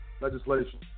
Legislation